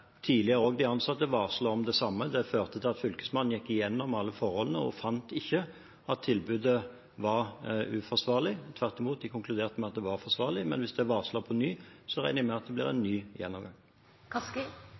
at Fylkesmannen gikk igjennom alle forholdene. Man fant ikke at tilbudet var uforsvarlig. Tvert imot – man konkluderte med at det var forsvarlig. Men hvis det er varslet på nytt, regner jeg med at det blir en